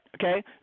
okay